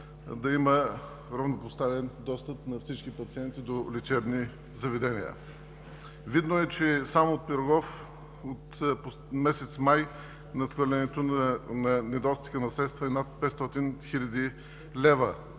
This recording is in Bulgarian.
да има равнопоставен достъп на всички пациенти до лечебни заведения. Видно е, че само в „Пирогов“ от месец май надхвърлянето на недостиг на средства е над 500 хиляди лева